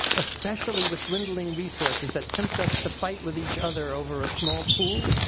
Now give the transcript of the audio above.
especially with dwindling resources that tempt us to fight with each other over a small pool,